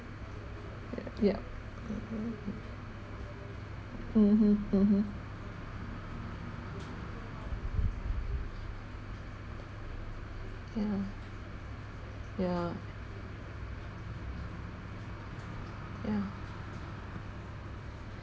yup mm mm mmhmm mmhmm yeah yeah yeah